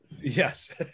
yes